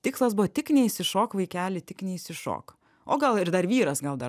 tikslas buvo tik neišsišok vaikeli tik neišsišok o gal ir dar vyras gal dar